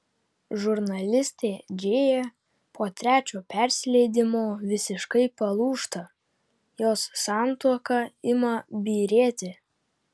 žurnalistė džėja po trečio persileidimo visiškai palūžta jos santuoka ima byrėti